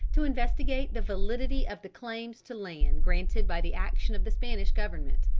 to investigate the validity of the claims to land granted by the action of the spanish government.